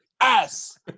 ass